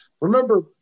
Remember